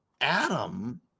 Adam